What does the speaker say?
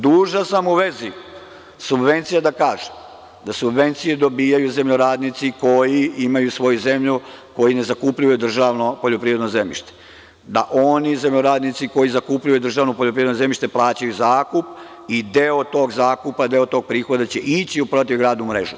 Dužan sam u vezi subvencija da kažem da subvencije dobijaju zemljoradnici koji imaju svoju zemlju, koji ne zakupljuju državno poljoprivredno zemljište, da oni zemljoradnici koji zakupljuju državno poljoprivredno zemljište plaćaju zakup i deo tog zakupa, deo tog prihoda će ići u protivgradnu mrežu.